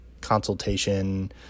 consultation